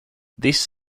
this